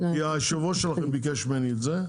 כי יושב הראש שלכם ביקש ממני את זה.